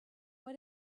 why